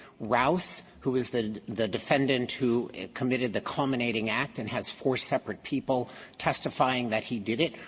rouse, who was the the defendant who committed the culminating act and has four separate people testifying that he did it,